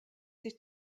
sich